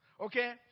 Okay